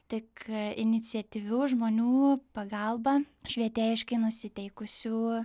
tik iniciatyvių žmonių pagalba švietėjiškai nusiteikusių